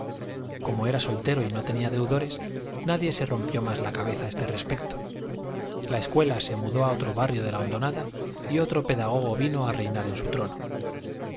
como era soltero y no tenía deudores nadie se rompió más la cabeza a este respecto la escuela se mudó a otro barrio de la hondonada y otro pedagogo vino a reinar en su trono